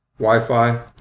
Wi-Fi